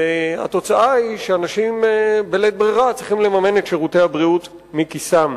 והתוצאה היא שאנשים בלית ברירה צריכים לממן את שירותי הבריאות מכיסם.